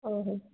ଓହୋ